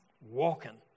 walking